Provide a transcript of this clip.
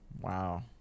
Wow